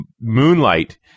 Moonlight